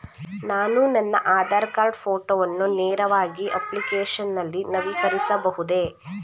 ನಾನು ನನ್ನ ಆಧಾರ್ ಕಾರ್ಡ್ ಫೋಟೋವನ್ನು ನೇರವಾಗಿ ಅಪ್ಲಿಕೇಶನ್ ನಲ್ಲಿ ನವೀಕರಿಸಬಹುದೇ?